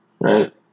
Right